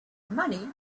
money